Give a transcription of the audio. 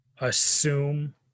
assume